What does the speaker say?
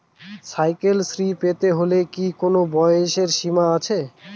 Cycle শ্রী পেতে হলে কি কোনো বয়সের সীমা আছে?